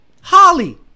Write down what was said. Holly